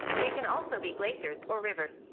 they can also be glaciers or river.